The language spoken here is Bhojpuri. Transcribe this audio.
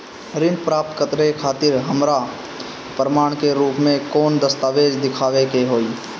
ऋण प्राप्त करे खातिर हमरा प्रमाण के रूप में कौन दस्तावेज़ दिखावे के होई?